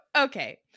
Okay